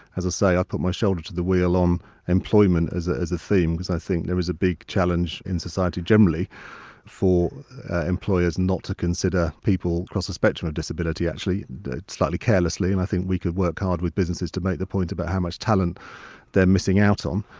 as i say, i ah put my shoulder to the wheel on employment as ah as a theme because i think there is a big challenge in society generally for employers not to consider people across the spectrum of disability actually, slightly carelessly, and i think we could work hard with businesses to make the point about how much talent they're missing out on.